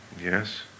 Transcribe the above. Yes